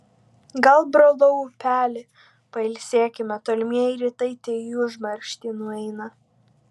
gal brolau upeli pailsėkime tolimieji rytai te į užmarštį nueina